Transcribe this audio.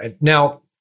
Now